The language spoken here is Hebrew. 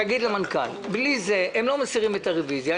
תגיד למנכ"ל שבלי זה הם לא מסירים את הרביזיה.